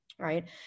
right